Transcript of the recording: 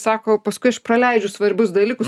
sako paskui aš praleidžiu svarbius dalykus